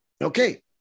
Okay